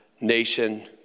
nation